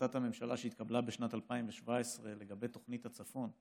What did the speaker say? החלטת הממשלה שהתקבלה בשנת 2017 לגבי תוכנית הצפון,